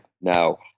Now